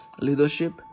leadership